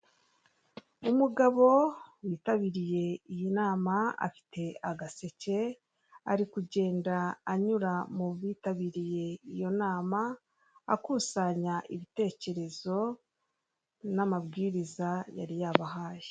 Umugabo witabiriye iyi nama afite agaseke, ari kugenda anyura mu bitabiriye iyo nama, akusanya ibitekerezo n'amabwiriza yari yabahaye.